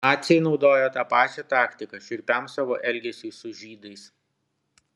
naciai naudojo tą pačią taktiką šiurpiam savo elgesiui su žydais